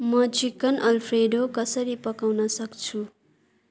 म chicken alfredo कसरी पकाउनसक्छु